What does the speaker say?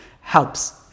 helps